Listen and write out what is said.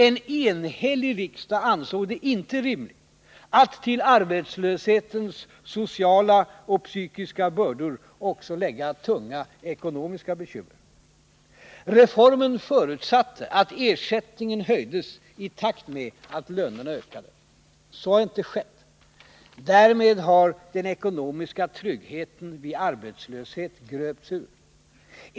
En enhällig riksdag ansåg det inte rimligt att till arbetslöshetens sociala och psykiska bördor också lägga tunga ekonomiska bekymmer. Reformen förutsatte att ersättningen höjdes i takt med att lönerna ökade. Så har inte skett. Därmed har den ekonomiska tryggheten vid arbetslöshet gröpts ur.